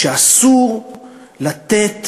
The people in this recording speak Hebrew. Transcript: שאסור לתת